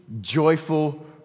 joyful